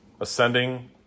ascending